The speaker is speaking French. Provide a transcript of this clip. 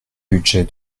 budget